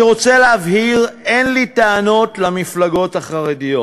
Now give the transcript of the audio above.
אני רוצה להבהיר: אין לי טענות למפלגות החרדיות.